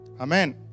Amen